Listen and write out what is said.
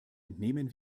entnehmen